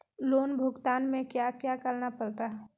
loan भुगतान में क्या क्या करना पड़ता है